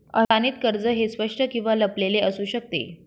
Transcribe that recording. अनुदानित कर्ज हे स्पष्ट किंवा लपलेले असू शकते